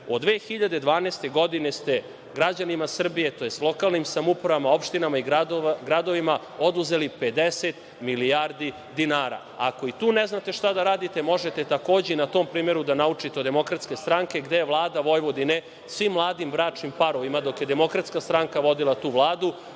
Od 2012. godine ste građanima Srbije, tj. lokalnim samoupravama, opštinama i gradovima oduzeli 50 milijardi dinara. Ako i tu ne znate šta da radite, možete takođe i na tom primeru da naučite od DS, gde je Vlada Vojvodine svim mladim bračnim parovima, dok je DS vodila tu Vladu,